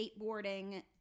skateboarding